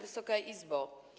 Wysoka Izbo!